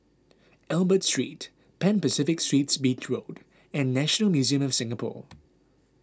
Albert Street Pan Pacific Suites Beach Road and National Museum of Singapore